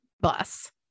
bus